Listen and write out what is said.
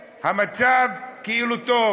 והמצב כאילו טוב.